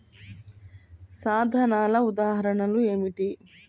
సాధనాల ఉదాహరణలు ఏమిటీ?